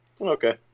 Okay